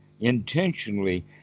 intentionally